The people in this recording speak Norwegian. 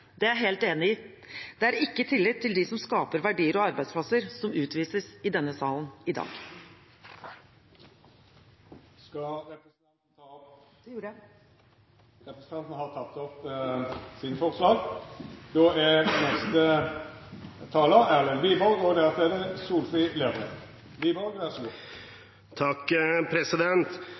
Det er jeg helt enig i. Det er ikke tillit til dem som skaper verdier og arbeidsplasser, som utvises i denne salen i dag. Representanten Heidi Nordby Lunde har teke opp dei forslaga ho refererte til. Debatten vi har i dag, startet i utgangspunktet med en utfordring avdekket i én bransje – jeg gjentar én bransje – og